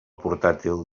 portàtil